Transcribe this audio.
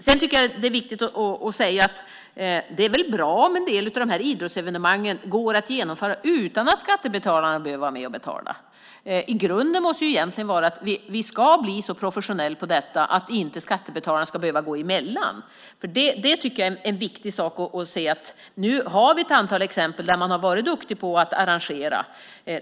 Vidare tycker jag att det är viktigt att säga att det väl är bra om en del av de här idrottsevenemangen går att genomföra utan att skattebetalarna behöver vara med och betala. Grunden måste ju egentligen vara att vi ska bli så professionella när det gäller detta att skattebetalarna inte ska behöva gå emellan. Jag tycker att det är viktigt att se att vi nu har ett antal exempel på att man har varit duktig på att arrangera.